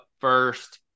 first